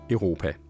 Europa